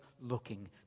looking